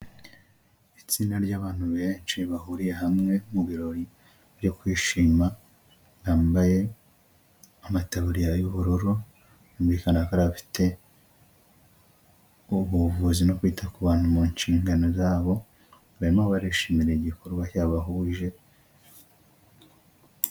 Itsinda ry'abantu benshi bahuriye hamwe mu birori byo kwishima, bambaye amataburiya y'ubururu, byumvikana ko bafite ubuvuzi no kwita ku bantu mu nshingano zabo, barimo barishimira igikorwa cyabahuje.